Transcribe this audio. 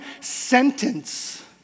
sentence